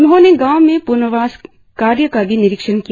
उन्होंने गांव में प्नर्वास कार्य का भी निरीक्षण किया